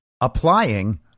applying